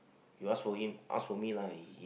you ask for him ask for me lah